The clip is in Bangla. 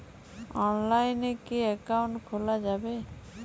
অনলাইনে কি অ্যাকাউন্ট খোলা যাবে?